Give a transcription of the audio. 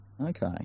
okay